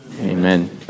Amen